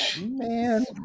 man